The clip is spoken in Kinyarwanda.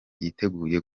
yiteguye